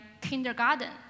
kindergarten